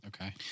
okay